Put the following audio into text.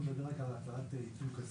הוא נהג בדרך שאינה הולמת את תפקידו כמשגיח,